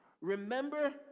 remember